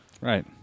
right